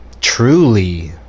truly